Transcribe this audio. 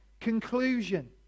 conclusion